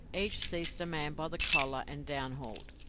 each seized a man by the collar and downhauled.